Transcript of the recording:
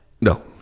No